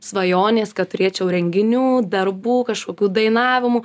svajonės kad turėčiau renginių darbų kažkokių dainavimų